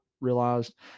realized